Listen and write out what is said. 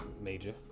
Major